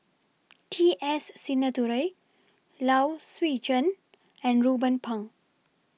T S Sinnathuray Low Swee Chen and Ruben Pang